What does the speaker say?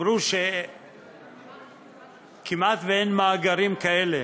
אמרו שכמעט אין מאגרים כאלה,